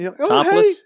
Topless